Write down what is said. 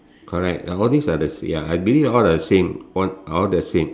correct ya all this are the same ya I believe all the same one all the same